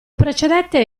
precedette